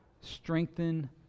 strengthen